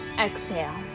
Exhale